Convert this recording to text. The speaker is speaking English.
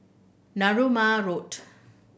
Narooma Road